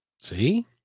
See